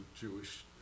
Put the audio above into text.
Jewish